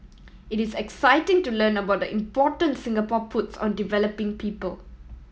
it is exciting to learn about the importance Singapore puts on developing people